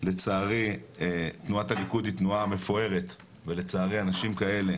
לצערי תנועת הליכוד היא תנועה מפוארת ולצערי אנשים כאלה